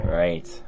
right